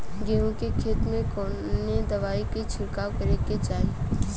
गेहूँ के खेत मे कवने दवाई क छिड़काव करे के चाही?